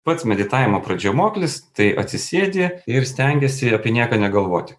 pats meditavimo pradžiamokslis tai atsisėdi ir stengiesi apie nieką negalvoti